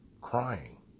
crying